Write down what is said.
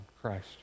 Christ